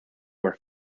were